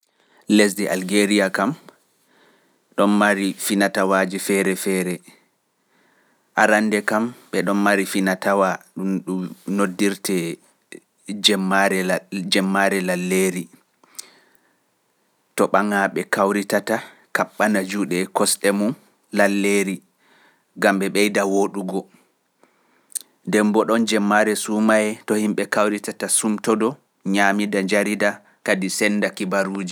Lesdi Algeeriya kam ɗon mari fina-tawaaji feere-feere, arannde kam ɓe ɗon mari fina-tawa ɗum, ɗum noddirtee je- jemmaare, jemmaare lalleeri, to ɓangaaɓe kawritata kaɓɓana juuɗe e kosɗe mum lalleeri, ngam ɓe ɓeyda wooɗugo. Nden boo ɗon jemmaare suumaye, to himɓe kawritata sumtondoo, nyaamida, njarida, kadi sennda kibaruuji.